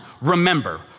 remember